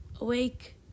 awake